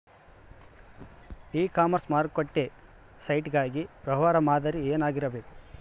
E commerce ಮಾರುಕಟ್ಟೆ site ಗಾಗಿ ವ್ಯವಹಾರ ಮಾದರಿ ಏನಾಗಿರಬೇಕು?